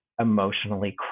emotionally